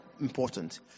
important